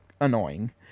annoying